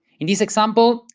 in this example,